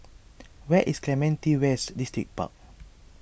where is Clementi West Distripark